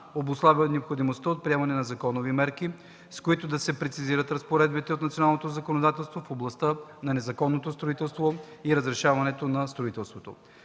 обуславя необходимостта от приемане на законови мерки, с които да се прецизират разпоредбите от националното ни законодателство в областта на незаконното строителство и разрешаването на строителството.